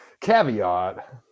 caveat